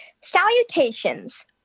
Salutations